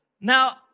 Now